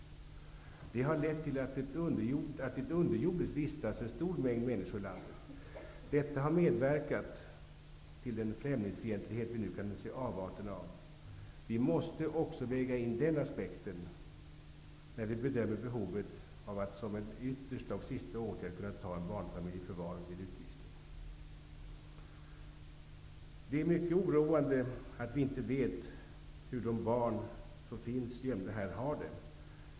Det har lett till att en stor mängd människor vistas underjordiskt i landet. Detta har medverkat till den främlingsfientlighet som vi nu kan se avarterna av. Vi måste också väga in denna aspekt när vi bedömer behovet av att som en yttersta och sista åtgärd kunna ta en barnfamilj i förvar vid utvisning. Det är mycket oroande att vi inte vet hur de barn som finns gömda här har det.